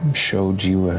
showed you